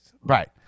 right